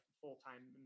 full-time